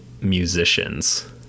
musicians